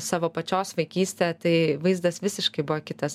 savo pačios vaikystę tai vaizdas visiškai buvo kitas